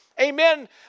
amen